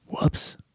Whoops